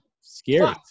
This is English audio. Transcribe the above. Scary